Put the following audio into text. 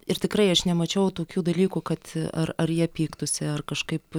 ir tikrai aš nemačiau tokių dalykų kad ar ar jie pyktųsi ar kažkaip